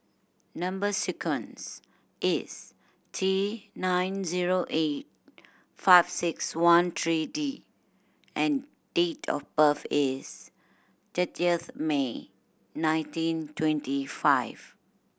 number sequence is T nine zero eight five six one three D and date of birth is thirtieth May nineteen twenty five